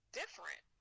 different